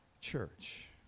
church